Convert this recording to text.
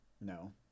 No